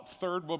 Third